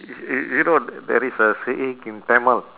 y~ y~ you know there is a saying in tamil